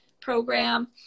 program